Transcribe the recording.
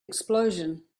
explosion